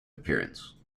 appearance